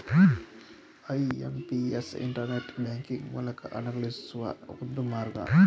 IMPS internet banking ಮೂಲಕ ಹಣಗಳಿಸುವ ಒಂದು ಮಾರ್ಗ